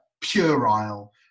puerile